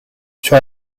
sur